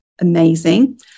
Amazing